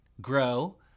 grow